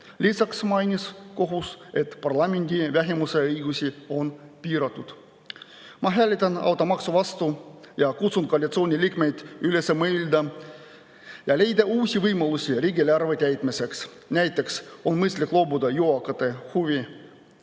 Lisaks mainis kohus, et parlamendi vähemuse õigusi on piiratud. Ma hääletan automaksu vastu ja kutsun koalitsiooniliikmeid üles mõtlema, et leida uusi võimalusi riigieelarve täitmiseks. Näiteks on mõistlik loobuda jõukate huve